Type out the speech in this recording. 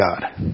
God